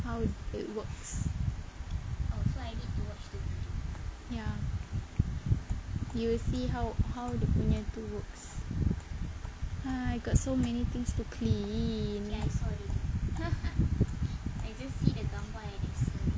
how it works ya you will see how how dia punya tu works I got so many things to clean